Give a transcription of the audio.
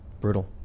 Brutal